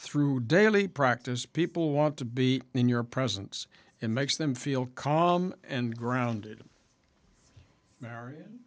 through daily practice people want to be in your presence and makes them feel calm and grounded mar